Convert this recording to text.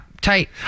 tight